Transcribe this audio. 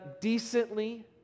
decently